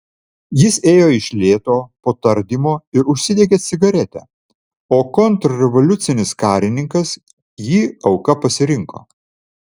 jis ėjo iš lėto po tardymo ir užsidegė cigaretę o kontrrevoliucinis karininkas jį auka pasirinko